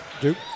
Duke